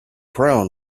crown